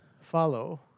follow